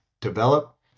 develop